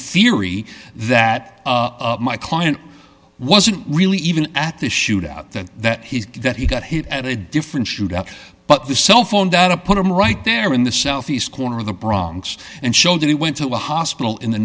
theory that my client wasn't really even at the shootout that that he's got that he got hit at a different shootout but the cell phone data put him right there in the southeast corner of the bronx and show that he went to a hospital in the